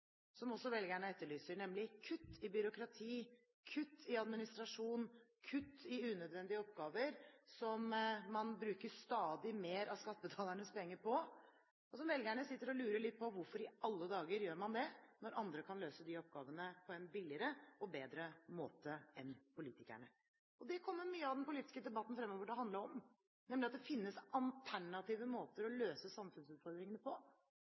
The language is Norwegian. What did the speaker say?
som også velgerne etterlyser, nemlig kutt i byråkrati, kutt i administrasjon, kutt i unødvendige oppgaver som man bruker stadig mer av skattebetalernes penger på, og som velgerne sitter og lurer litt på hvorfor man i alle dager gjør, når andre kan løse de oppgavene på en billigere og bedre måte enn politikerne. Det kommer mye av den politiske debatten fremover til å handle om, nemlig at det finnes alternative måter å løse samfunnsutfordringene på.